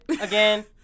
again